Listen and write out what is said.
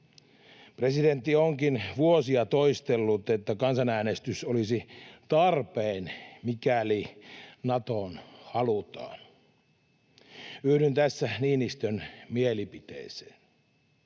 Presidentti onkin vuosia toistellut, että kansanäänestys olisi tarpeen, mikäli Natoon halutaan. Yhdyn tässä Niinistön mielipiteeseen.